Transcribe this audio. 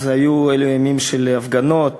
אז היו אלה ימים של הפגנות,